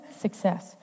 success